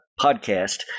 podcast